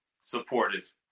supportive